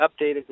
updated